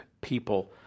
people